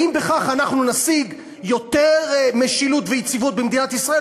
האם בכך אנחנו נשיג יותר משילות ויציבות במדינת ישראל,